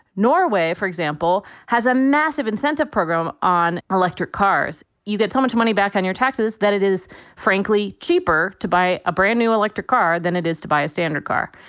norway, for example, has a massive incentive program on electric cars. you get so much money back on your taxes that it is frankly cheaper to buy a brand new electric car than it is to buy a standard car.